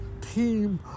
team